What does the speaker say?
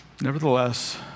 Nevertheless